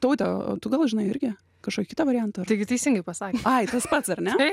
todėl tu gal žinai irgi kažkokį kitą variantą taigi teisingai pasakė ai tas pats ar ne